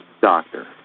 Doctor